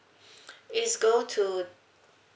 it's go to